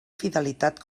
fidelitat